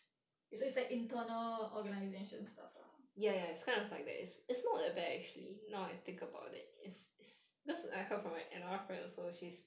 so it's like internal organisation stuff lah